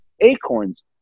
acorns